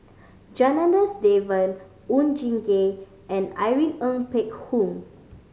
Janadas Devan Oon Jin Gee and Irene Ng Phek Hoong